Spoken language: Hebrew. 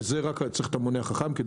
ובשביל זה צריך את המונה החכם.